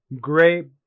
Great